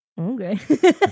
okay